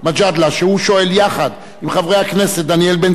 ששואל יחד עם חברי הכנסת דניאל בן-סימון,